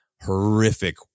horrific